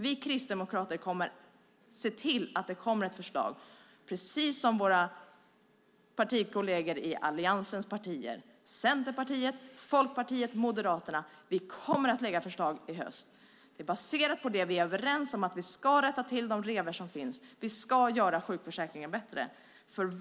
Vi kristdemokrater kommer att se till att det kommer ett förslag, precis som våra kolleger i Alliansens övriga partier Centerpartiet, Folkpartiet och Moderaterna. Vi kommer att lägga fram ett förslag i höst, baserat på det vi är överens om: att vi ska rätta till de revor som finns och göra sjukförsäkringen bättre.